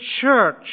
church